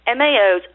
MAOs